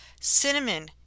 Cinnamon